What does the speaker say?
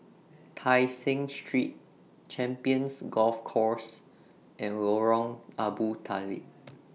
Tai Seng Street Champions Golf Course and Lorong Abu Talib